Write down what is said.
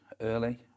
early